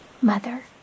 Mother